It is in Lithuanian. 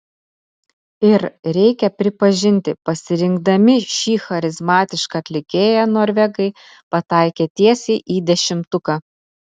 ir reikia pripažinti pasirinkdami šį charizmatišką atlikėją norvegai pataikė tiesiai į dešimtuką